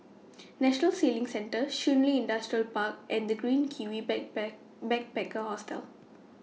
National Sailing Centre Shun Li Industrial Park and The Green Kiwi Back pack Backpacker Hostel